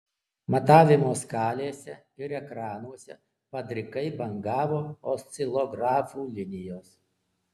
matavimo skalėse ir ekranuose padrikai bangavo oscilografų linijos